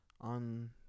on